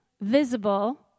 visible